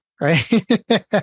right